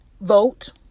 Vote